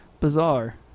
bizarre